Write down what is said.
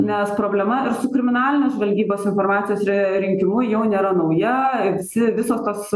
nes problema su kriminalinės žvalgybos informacijos re rinkimu jau nėra nauja tarsi visos tos